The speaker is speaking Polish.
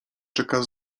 czeka